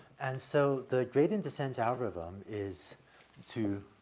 and so the gradient descent algorithm is to